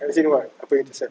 as in what apa intersect